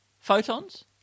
Photons